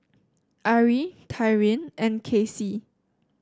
Ari Tyrin and Kasie